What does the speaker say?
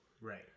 Right